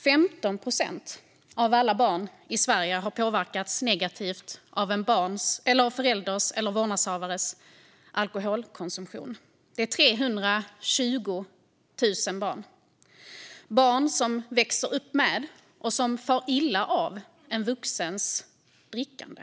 15 procent av alla barn i Sverige har påverkats negativt av en förälders eller vårdnadshavares alkoholkonsumtion. Det är 320 000 barn - barn som växer upp med och far illa av vuxnas drickande.